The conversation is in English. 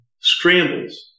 scrambles